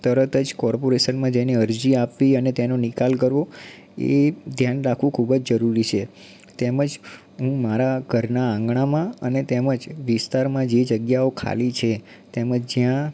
તરત જ કોર્પોરેશનમાં જઈને અરજી આપવી અને તેનો નિકાલ કરવો એ ધ્યાન રાખવું ખૂબ જ જરૂરી છે તેમજ હું મારા ઘરના આંગણામાં અને તેમજ વિસ્તારમાં જે જગ્યાઓ ખાલી છે તેમાં જ્યાં